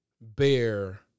bear